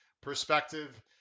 perspective